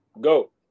Go